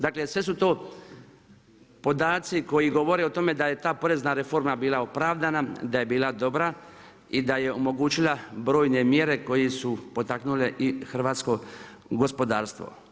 Dakle, sve su to podaci koji govore o tome da je ta porezna reforma bila opravdana, da je bila dobra i da je omogućila brojne mjere koje su potaknule i hrvatsko gospodarstvo.